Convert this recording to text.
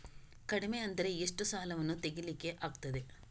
ಕಡಿಮೆ ಅಂದರೆ ಎಷ್ಟು ಸಾಲವನ್ನು ತೆಗಿಲಿಕ್ಕೆ ಆಗ್ತದೆ?